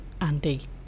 Andy